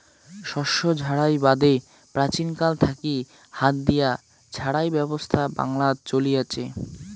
শস্য ঝাড়াই বাদে প্রাচীনকাল থাকি হাত দিয়া ঝাড়াই ব্যবছস্থা বাংলাত চলি আচে